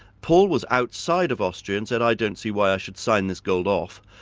paul was outside of austria and said, i don't see why i should sign this gold off.